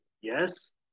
yes